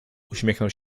uśmiechnął